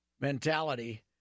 mentality